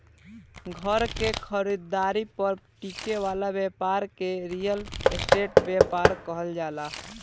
घर के खरीदारी पर टिके वाला ब्यपार के रियल स्टेट ब्यपार कहल जाला